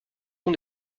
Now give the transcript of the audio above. son